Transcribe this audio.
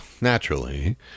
naturally